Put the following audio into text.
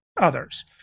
others